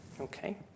Okay